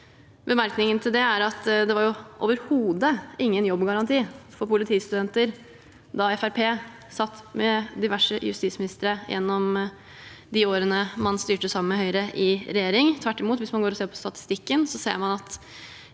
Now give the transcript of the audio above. det var overhodet ingen jobbgaranti for politistudenter da Fremskrittspartiet satt med diverse justisministre gjennom de årene man styrte sammen med Høyre i regjering – tvert imot. Hvis man går til statistikken, ser man at